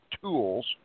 tools